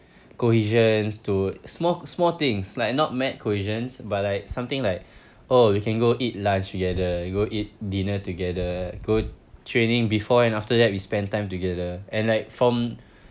cohesions to small small things like not mad cohesions but like something like oh we can go eat lunch together we go eat dinner together go training before and after that we spend time together and like from